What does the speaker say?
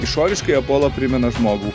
išoriškai apollo primena žmogų